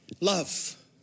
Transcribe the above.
Love